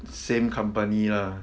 same company lah